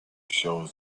shows